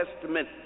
Testament